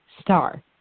star